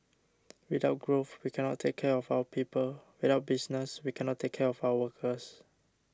without growth we cannot take care of our people without business we cannot take care of our workers